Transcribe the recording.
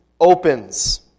opens